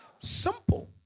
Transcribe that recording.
Simple